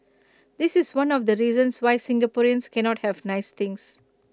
this is one of the reasons why Singaporeans cannot have nice things